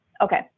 Okay